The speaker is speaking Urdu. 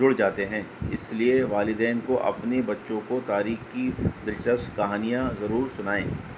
جڑ جاتے ہیں اس لیے والدین کو اپنے بچوں کو تارخ کی دلچسپ کہانیاں ضرور سنائیں